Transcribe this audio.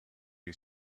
you